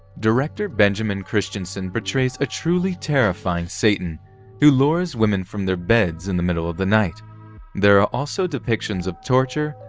director benjamin christensen portrays a truly terrifying satan who lures women from their beds in the middle of the night there are also depictions of torture,